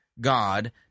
God